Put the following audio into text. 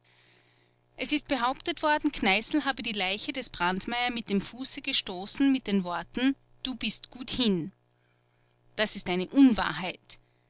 es ist behauptet worden kneißl habe die leiche des brandmeier mit dem fuße gestoßen mit den worten du bist gut hin das ist eine unwahrheit